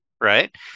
right